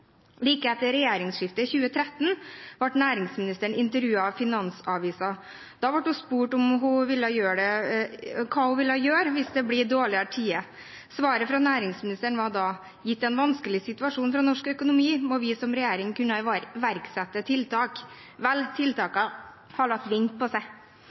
Like etter regjeringsskiftet i 2013 ble næringsministeren intervjuet av Finansavisen. Da ble hun spurt om hva hun ville gjøre hvis det ble dårligere tider. Svaret fra næringsministeren var da: Gitt den vanskelige situasjonen for norsk økonomi må vi som regjering kunne iverksette tiltak. Vel, tiltakene har latt vente på